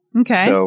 Okay